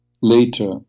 later